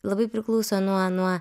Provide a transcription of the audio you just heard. labai priklauso nuo nuo